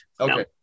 Okay